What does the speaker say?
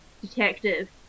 detective